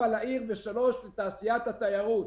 ד', לעיר ולתעשיית התיירות.